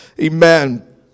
Amen